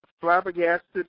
flabbergasted